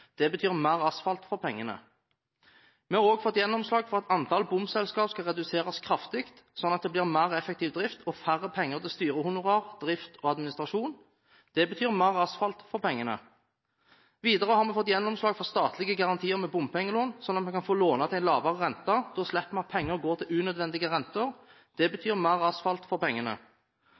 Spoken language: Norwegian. Det betyr mer asfalt for pengene. Vi har også fått gjennomslag for at antall bomselskap skal reduseres kraftig, sånn at det blir mer effektiv drift og færre penger til styrehonorar, drift og administrasjon. Det betyr mer asfalt for pengene. Videre har vi fått gjennomslag for statlige garantier ved bompengelån, sånn at vi kan få låne til en lavere rente. Da slipper man at penger går til unødvendige renter. Det betyr mer asfalt for pengene.